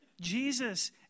Jesus